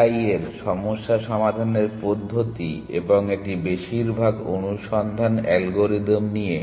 a i এর সমস্যা সমাধানের পদ্ধতি এবং এটি বেশিরভাগ অনুসন্ধান অ্যালগরিদম নিয়ে